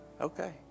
Okay